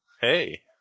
Hey